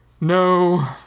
No